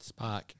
Spock